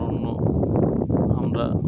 অরণ্য আমরা